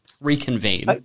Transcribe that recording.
reconvene